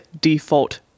default